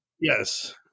Yes